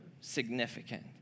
significant